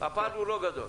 הפער הוא לא גדול.